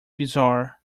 bizarre